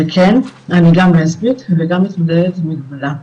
וכן, אני גם לסבית וגם מתמודדת עם מגבלה.